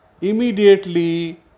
immediately